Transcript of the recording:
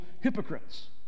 hypocrites